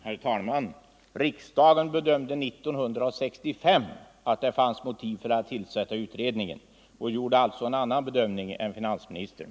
Herr talman! Riksdagen bedömde frågan så 1965 att det fanns motiv för att tillsätta utredningen och gjorde alltså en annan bedömning än finansministern.